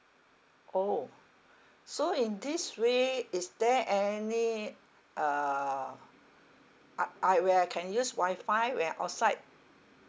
orh so in this way is there any uh uh I where I can use wi-fi when I outside